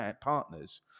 partners